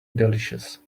delicious